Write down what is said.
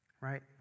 right